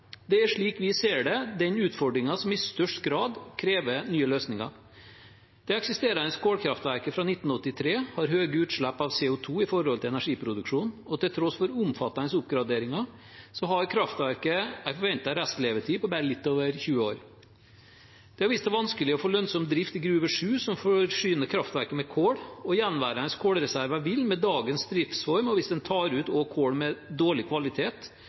Det er, slik vi ser det, den utfordringen som i størst grad krever nye løsninger. Det eksisterende kullkraftverket fra 1983 har høye utslipp av CO 2 i forhold til energiproduksjon, og til tross for omfattende oppgraderinger har kraftverket en forventet restlevetid på bare litt over 20 år. Det har vist seg vanskelig å få lønnsom drift i Gruve 7, som forsyner kraftverket med kull, og gjenværende kullreserver vil med dagens driftsform og hvis en også tar ut kull av dårlig kvalitet,